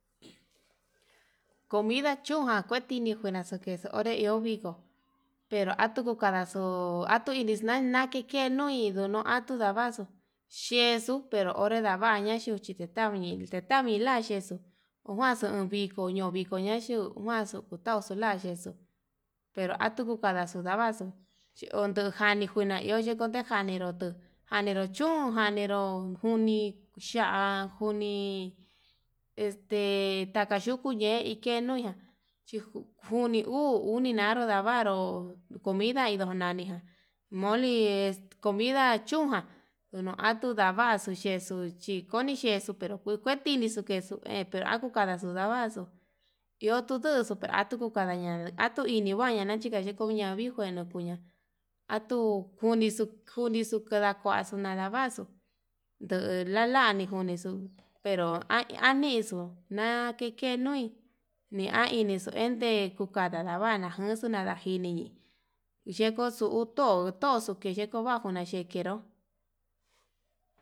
Comida chujan kueteni njuena xhikexo onré iho viko, venró atuu nikadaxo atux inixna natuu nike nui atatun davaxuuu kexuu pero onre ndava'a yaña xhuchi tauni tavii la'a yexó njuanxu viko ñoo viko ñoo ñaxuu kuanxu tauxu la'a yexu, pero atuu kavaxu la'a ndavaxu chi ondu janii xhikuna iho yekunde njaninro tuu janiro chun njaniró, juni xha'a njuni este taka yuku ñe'e ike jenuya chi njuni uu unidaru ndavaru, komida indo nani moli comida chún ján ndono atuu ndavaxu yexuu chí koni yexuu pero ku kuetini xuu queso he pero ha kukadaxu ndavaxu iho tuu nduxu pero atuu kukanda ña'a atuu ini njuaña achinga, chi kuaña vingueno ña'a atu kunixu kunixu ndakuaxu nadavaxu nduu lalani kunixu, pero anixo na'a kekenoi nii ainixu kuende ndadavana janxo nadajini yekuxuu to'o toxo keyekuvana chikero.